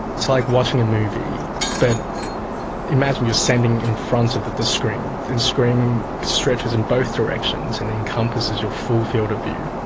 it's like watching a movie but imagine you are standing in front of the the screen, the screen stretches in both directions and encompasses your full field of view,